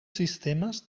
sistemes